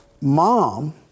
mom